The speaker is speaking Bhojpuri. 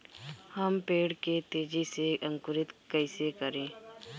हम पेड़ के तेजी से अंकुरित कईसे करि?